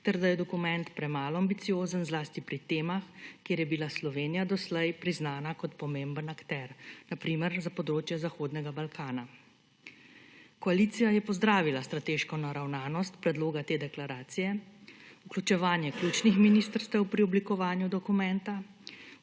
ter da je dokument premalo ambiciozen zlasti pri temah, kjer je bila Slovenija doslej priznana kot pomemben akter, na primer za področje Zahodnega Balkana. Koalicija je pozdravila strateško naravnanost predloga te deklaracija, vključevanje ključnih ministrstev pri oblikovanju dokumenta,